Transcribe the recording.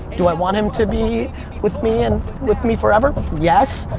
do i want him to be with me and with me forever? yes.